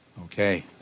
Okay